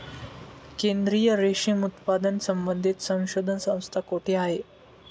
केंद्रीय रेशीम उत्पादन संबंधित संशोधन संस्था कोठे आहे?